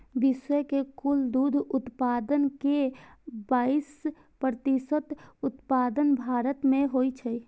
विश्व के कुल दुग्ध उत्पादन के बाइस प्रतिशत उत्पादन भारत मे होइ छै